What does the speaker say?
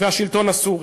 והשלטון הסורי.